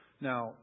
now